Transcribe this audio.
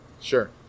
Sure